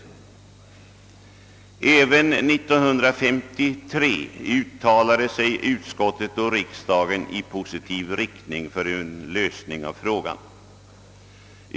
Även 1953 uttalade sig utskottet och riksdagen i positiv riktning för en lösning av frågan.